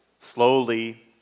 Slowly